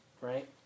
right